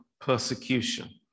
persecution